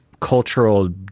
cultural